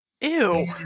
Ew